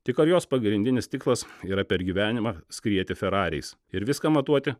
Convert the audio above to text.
tik ar jos pagrindinis tikslas yra per gyvenimą skrieti ferariais ir viską matuoti